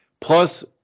plus